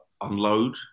unload